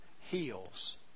heals